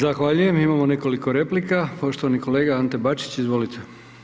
Zahvaljujem, imamo nekoliko replika, poštovani kolega Ante bačić, izvolite.